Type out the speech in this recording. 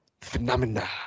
phenomena